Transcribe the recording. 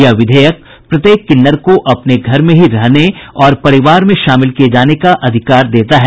यह विधेयक प्रत्येक किन्नर को अपने घर में ही रहने और परिवार में शामिल किए जाने का अधिकार देता है